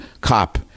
cop